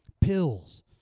Pills